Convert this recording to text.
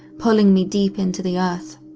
pulling me deep into the earth.